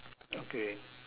okay